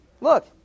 look